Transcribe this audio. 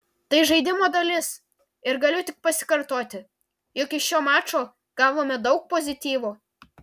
tai žaidimo dalis ir galiu tik pasikartoti jog iš šio mačo gavome daug pozityvo